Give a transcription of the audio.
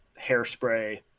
hairspray